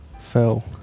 fell